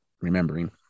remembering